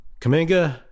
Kaminga